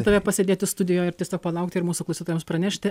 tave pasėdėti studijoj ir tiesiog palaukti ir mūsų klausytojams pranešti